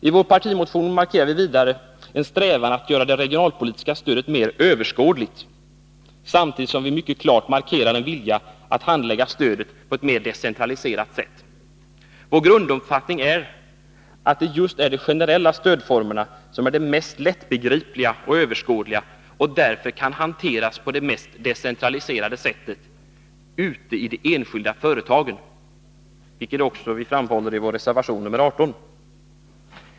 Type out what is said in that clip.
I vår partimotion markerar vi också en strävan att göra det regionalpolitiska stödet mera överskådligt, samtidigt som vi mycket klart markerar en vilja att handlägga stödet på ett mer decentraliserat sätt. Vår grunduppfattning är att det just är de generella stödformerna som är de mest lättbegripliga och överskådliga och därför kan hanteras på det mest decentraliserade sättet ute i de enskilda företagen, vilket vi också framhåller i vår reservation nr 18.